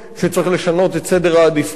שצריך לשנות את סדר העדיפויות,